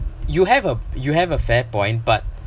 you have a you have a fair point but